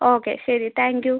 okay ശരി thank U